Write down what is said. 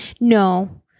No